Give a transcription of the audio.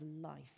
life